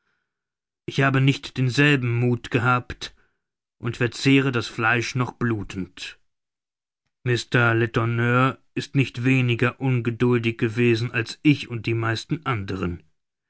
ich habe nicht denselben muth gehabt und verzehre das fleisch noch blutend mr letourneur ist nicht weniger ungeduldig gewesen als ich und die meisten anderen